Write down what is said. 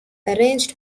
arranged